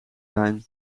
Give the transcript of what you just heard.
zijn